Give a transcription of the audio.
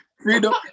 Freedom